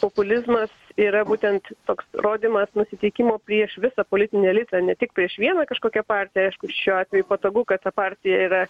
populizmas yra būtent toks rodymas nusiteikimo prieš visą politinį elitą ne tik prieš vieną kažkokią partiją aišku šiuo atveju patogu kad ta partija yra